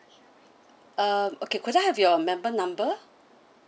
um okay could I have your member number